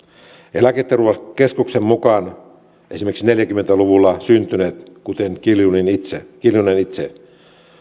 eläketurvakeskuksen mukaan esimerkiksi neljäkymmentä luvulla syntyneet kuten kiljunen itse kiljunen itse